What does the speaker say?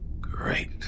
great